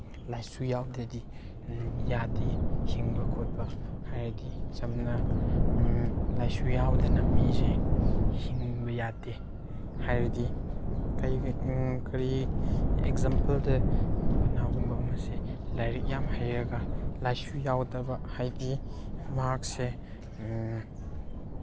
ꯂꯥꯏꯁꯨ ꯌꯥꯎꯗ꯭ꯔꯗꯤ ꯌꯥꯗꯦ ꯍꯤꯡꯕ ꯈꯣꯠꯄ ꯍꯥꯏꯔꯗꯤ ꯁꯝꯅ ꯂꯥꯏꯁꯨ ꯌꯥꯎꯗꯅ ꯃꯤꯁꯦ ꯍꯤꯡꯕ ꯌꯥꯗꯦ ꯍꯥꯏꯔꯗꯤ ꯀꯩꯒꯤ ꯀꯔꯤ ꯑꯦꯛꯖꯥꯝꯄꯜꯗ ꯀꯅꯥꯒꯨꯝꯕ ꯑꯃꯁꯦ ꯂꯥꯏꯔꯤꯛ ꯌꯥꯝ ꯍꯩꯔꯒ ꯂꯥꯏꯁꯨ ꯌꯥꯎꯗꯕ ꯍꯥꯏꯗꯤ ꯃꯍꯥꯛꯁꯦ